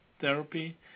therapy